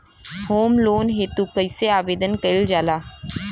Home loan हेतु कइसे आवेदन कइल जाला?